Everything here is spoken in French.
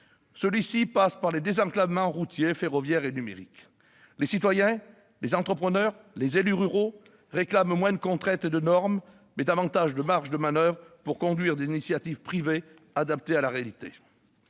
qui nécessite un désenclavement routier, ferroviaire et numérique. Les citoyens, les entrepreneurs, les élus ruraux réclament moins de contraintes et de normes, mais davantage de marges de manoeuvre pour conduire des initiatives privées adaptées à leurs réalités.